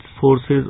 forces